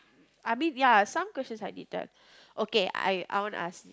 I mean ya some questions I did that okay I I wanna ask